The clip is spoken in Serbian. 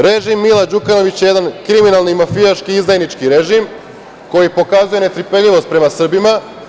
Režim Mila Đukanovića, jedan kriminalni, mafijaški, izdajnički režim koji pokazuje netrpeljivost prema Srbima.